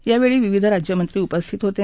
यावेळी विविध राज्यमंत्री उपस्थित होते